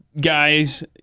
guys